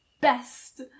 best